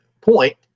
point